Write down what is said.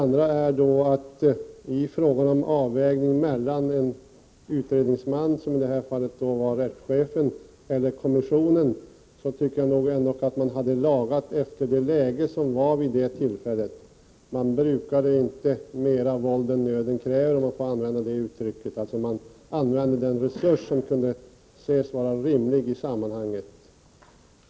När det sedan gäller frågan om avvägning mellan en utredningsman — i detta fall rättschefen — och en kommission tycker jag att man lagade efter lägligheten. Man brukade inte mer våld än nöden krävde, om jag får använda det uttrycket, dvs. man använde den resurs som kunde anses vara rimlig i sammanhanget.